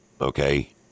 okay